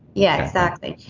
yeah, exactly.